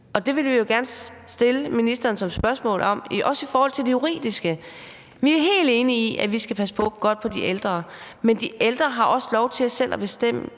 Det vil vi jo gerne spørge ministeren til, også i forhold til det juridiske. Vi er helt enige i, at vi skal passe godt på de ældre, men de ældre har også lov til selv at bestemme